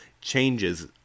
changes